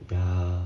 ya